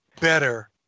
better